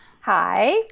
Hi